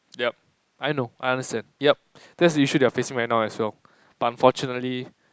yup I know I understand yup that's the issue that they are facing right now as well but unfortunately